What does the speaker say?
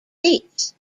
seats